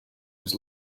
was